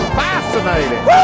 fascinating